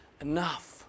enough